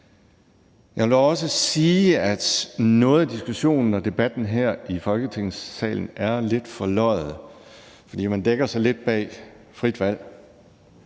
Jeg vil da også sige, at noget af diskussionen og debatten her i Folketingssalen er lidt forløjet. Man gemmer sig lidt bag, at